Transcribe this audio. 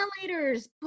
ventilators